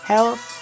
Health